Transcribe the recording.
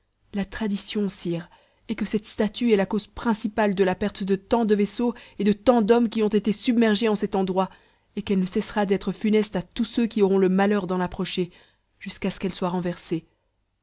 la tradition sire est que cette statue est la cause principale de la perte de tant de vaisseaux et de tant d'hommes qui ont été submergés en cet endroit et qu'elle ne cessera d'être funeste à tous ceux qui auront le malheur d'en approcher jusqu'à ce qu'elle soit renversée